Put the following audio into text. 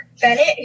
Bennett